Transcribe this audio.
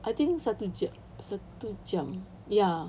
I think satu jam satu jam ya